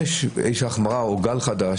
יש החמרה או גל חדש,